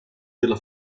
della